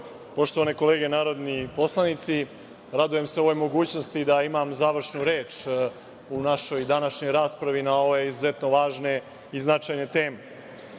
poštovane kolege narodni poslanici, radujem se ovoj mogućnosti da imam završnu reč u našoj današnjoj raspravi na ove izuzetno važne i značajne teme. Kada